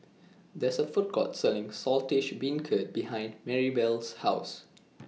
There IS A Food Court Selling Saltish Beancurd behind Marybelle's House